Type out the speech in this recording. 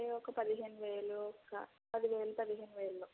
అంటే ఒక పదిహేను వేలు ఒక పది వేలు పదిహేను వేలలో